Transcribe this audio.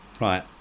right